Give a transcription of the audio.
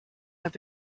have